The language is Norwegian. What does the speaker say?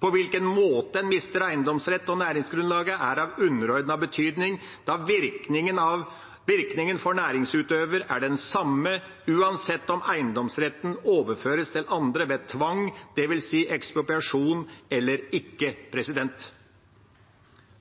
På hvilken måte en mister eiendomsrett og næringsgrunnlaget, er av underordnet betydning, da virkningen for næringsutøver er den samme uansett om eiendomsretten overføres til andre ved tvang, det vil si ekspropriasjon, eller ikke.